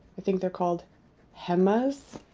i think they're called hemma's?